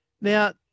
Now